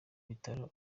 bitaro